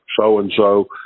so-and-so